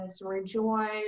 rejoice